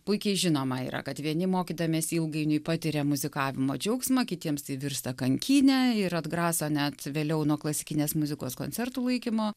puikiai žinoma yra kad vieni mokydamiesi ilgainiui patiria muzikavimo džiaugsmą kitiems tai virsta kankyne ir atgraso net vėliau nuo klasikinės muzikos koncertų laikymo